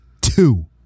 two